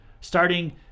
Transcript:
starting